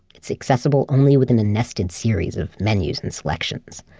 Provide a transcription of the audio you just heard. it's accessible only within a nested series of menus and selections.